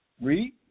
Read